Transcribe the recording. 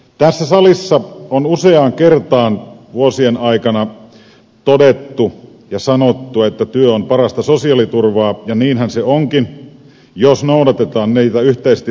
tässä salissa on useaan kertaan vuosien aikana todettu ja sanottu että työ on parasta sosiaaliturvaa ja niinhän se onkin jos noudatetaan niitä yhteisesti sovittuja pelisääntöjä